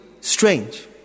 strange